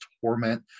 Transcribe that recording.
torment